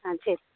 ஆ சரி